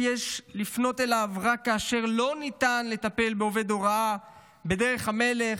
שיש לפנות אליו רק כאשר לא ניתן לטפל בעובד הוראה בדרך המלך,